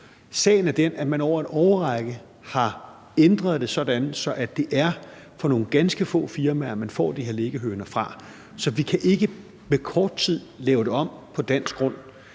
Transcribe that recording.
Sagen er den, at man over en årrække har ændret det sådan, at det er nogle ganske få firmaer, man får de der liggehøner fra. Så vi kan ikke på kort tid lave det om på dansk grund,